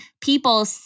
people